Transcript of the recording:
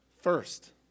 First